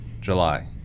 July